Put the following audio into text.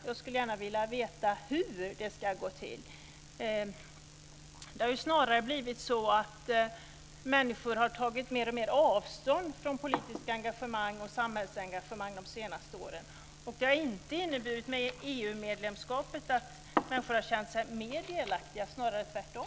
Jag skulle gärna vilja veta hur det ska gå till. Det har snarare blivit så att människor har tagit mer och mer avstånd från politiskt engagemang och samhällsengagemang de senaste åren. EU-medlemskapet har inte inneburit att människor har känt sig mer delaktiga, snarare tvärtom.